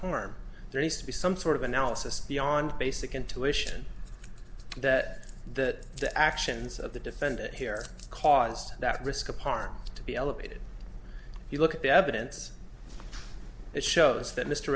harm there has to be some sort of analysis beyond basic intuition that that the actions of the defendant here caused that risk of harm to be elevated you look at the evidence it shows that mr